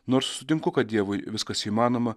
nors sutinku kad dievui viskas įmanoma